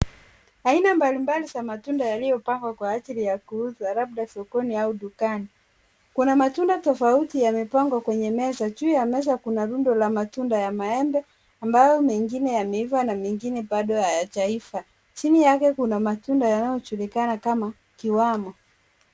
Aina mbalimbali za matunda yaliyopangwa kwa ajili ya kuuzwa labda sokoni au dukani ,kuna matunda tofauti yamepangwa kwenye meza ,juu ya meza kuna rundo la matunda ya maembe ambayo mengine yameiva na mengine bado hayajaiva ,chini yake kuna matunda yanayojulikana kama kiwamo.